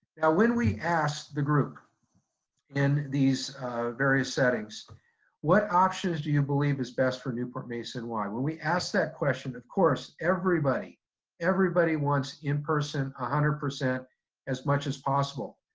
when we asked the group in these various settings what options do you believe is best for newport-mesa and why, when we ask that question, of course, everybody everybody wants in-person one ah hundred percent as much as possible.